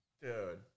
Dude